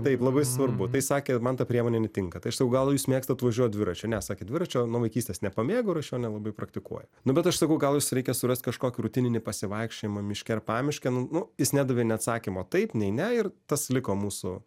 taip labai svarbu tai sakė man ta priemonė netinka tai aš sakau gal jūs mėgstat važiuot dviračiu ne sakė dviračio nuo vaikystės nepamėgau ir aš jo nelabai praktikuoju nu bet aš sakau gal jums reikia surasti kažkokį rutininį pasivaikščiojimą miške ar pamiške nu nu jis nedavė nei atsakymo taip nei ne ir tas liko mūsų